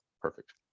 perfect